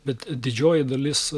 bet didžioji dalis